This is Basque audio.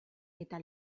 eta